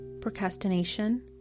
Procrastination